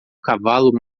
cavalo